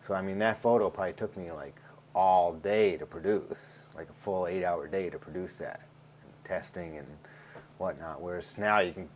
so i mean that photo pite took me like all day to produce like a full eight hour day to produce that testing and what not worse now you can